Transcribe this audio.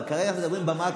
אבל כרגע אנחנו מדברים במקרו,